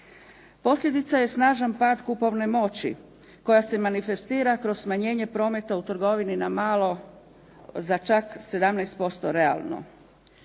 Posljedica je snažan pad kupovne moći koja se manifestira kroz smanjenje prometa u trgovini na malo za čak 17% realno.